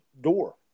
door